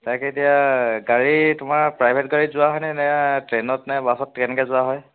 তাকে এতিয়া গাড়ী তোমাৰ প্ৰাইভেট গাড়ীত যোৱা হয়নে নে ট্ৰেইনত নে বাছত তেনেকৈ যোৱা হয়